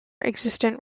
existence